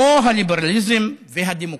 כמו הליברליזם והדמוקרטיה.